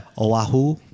Oahu